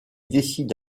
décide